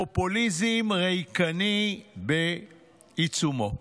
פופוליזם ריקני בעיצומו,